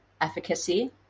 efficacy